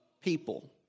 people